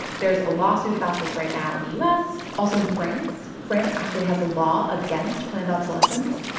there's a lawsuit about this right now in the u s, also in france. france actually has a law against planned obsolescence.